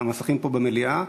מהמסכים פה במליאה,